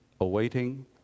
awaiting